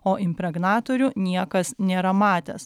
o impregnatorių niekas nėra matęs